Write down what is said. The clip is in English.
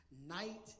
night